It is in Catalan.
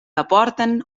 aporten